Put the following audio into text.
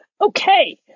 Okay